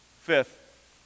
Fifth